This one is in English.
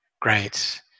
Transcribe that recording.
great